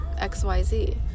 XYZ